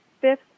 Fifth